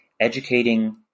educating